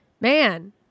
Man